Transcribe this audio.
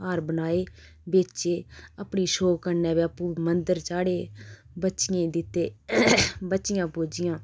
हार बनाए बेचे अपने शौक कन्नै बी आपूं मंदर चाढ़े बच्चियें ई दित्ते बच्चियां पूजियां